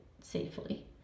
safely